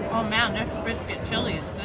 man this brisket chili is